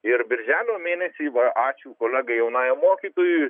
ir birželio mėnesį va ačiū kolegai jaunajam mokytojui